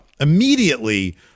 immediately